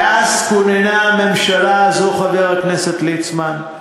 מאז כוננה הממשלה הזאת, חבר הכנסת ליצמן,